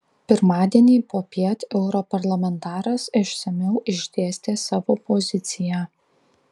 pirmadienį popiet europarlamentaras išsamiau išdėstė savo poziciją